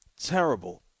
terrible